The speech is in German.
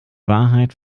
wahrheit